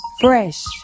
Fresh